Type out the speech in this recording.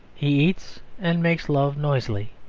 he eats and makes love noisily.